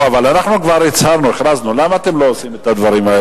אדוני היושב-ראש, מכובדי השרים,